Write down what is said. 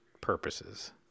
purposes